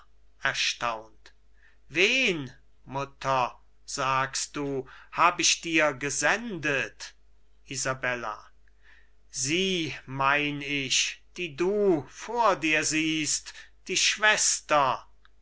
erstaunt wen mutter sagst du hab ich dir gesendet isabella sie mein ich die du vor dir siehst die schwester